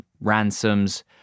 ransoms